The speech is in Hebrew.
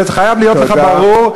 זה חייב להיות לך ברור,